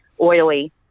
oily